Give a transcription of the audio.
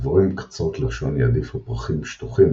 דבורים קצרות-לשון יעדיפו פרחים שטוחים